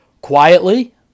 quietly